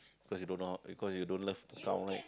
because you don't know how because you don't love to count right